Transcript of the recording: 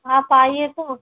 आप आइए तो